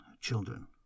children